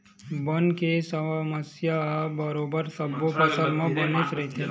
बन के समस्या ह बरोबर सब्बो फसल म बनेच रहिथे